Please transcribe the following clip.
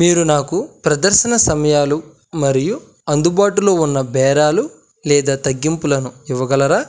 మీరు నాకు ప్రదర్శన సమయాలు మరియు అందుబాటులో ఉన్న బేరాలు లేదా తగ్గింపులను ఇవ్వగలరా